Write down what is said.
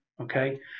Okay